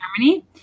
Germany